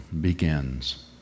begins